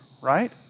right